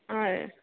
ಆಂ